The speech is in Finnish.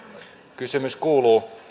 kysymys kuuluu